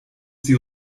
die